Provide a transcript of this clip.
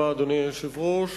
אדוני היושב-ראש,